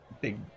big